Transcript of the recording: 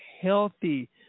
healthy